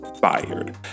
fired